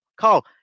Carl